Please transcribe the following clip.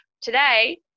today